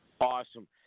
Awesome